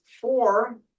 four